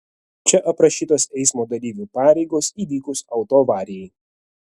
čia aprašytos eismo dalyvių pareigos įvykus autoavarijai